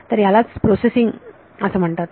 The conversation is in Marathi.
तर यालाच प्रोसेसिंग असे म्हणतात